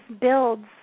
builds